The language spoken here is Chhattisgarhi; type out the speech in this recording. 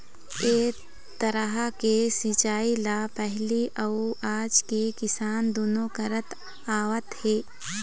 ए तरह के सिंचई ल पहिली अउ आज के किसान दुनो करत आवत हे